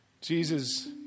Jesus